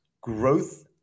growth